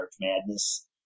Madness